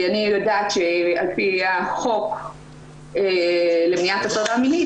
אני יודעת שעל פי החוק למניעת הטרדה מינית,